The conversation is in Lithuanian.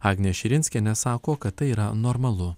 agnė širinskienė sako kad tai yra normalu